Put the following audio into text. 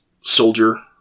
soldier